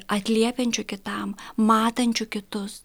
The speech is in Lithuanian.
atliepiančiu kitam matančiu kitus